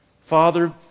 Father